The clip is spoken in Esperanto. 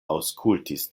aŭskultis